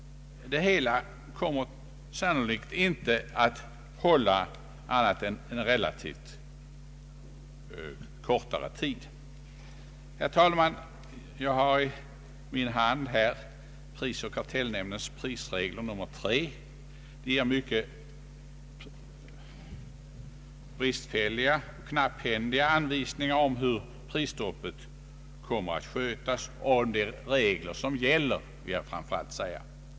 Det hela kommer sannolikt inte att hålla annat än relativt kort tid. Herr talman! Jag har i min hand prisoch kartellnämndens prisregler nr 3. Den innehåller mycket bristfälliga och knapphändiga anvisningar om hur prisstoppet kommer att skötas, och materiella regler saknas.